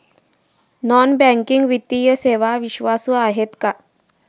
Non banking वित्तीय सेवा विश्वासू आहेत का?